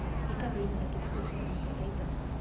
एकावेळी मला किती पैसे जमा करता येतात?